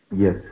Yes